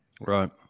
Right